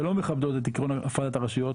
שלא מכבדות את עקרון הפרדת הרשויות,